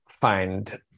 find